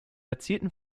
erzielten